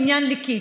בעניין ליקית,